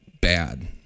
bad